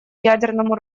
ядерному